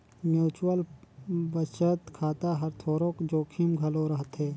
mutual बचत खाता हर थोरोक जोखिम घलो रहथे